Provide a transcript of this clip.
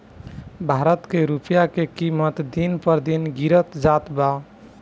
भारत के रूपया के किमत दिन पर दिन गिरत जात बा